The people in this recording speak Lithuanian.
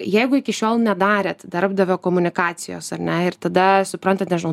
jeigu iki šiol nedarėt darbdavio komunikacijos ar ne ir tada suprantat nežinau